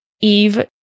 Eve